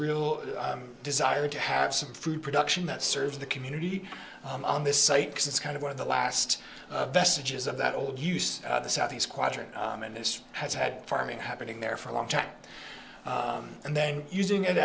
real desire to have some food production that serves the community on this site because it's kind of one of the last vestiges of that old use of the southeast quadrant and this has had farming happening there for a long time and then using it